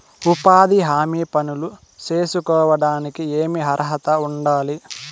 ఉపాధి హామీ పనులు సేసుకోవడానికి ఏమి అర్హత ఉండాలి?